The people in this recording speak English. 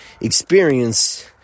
experience